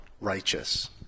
righteous